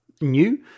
new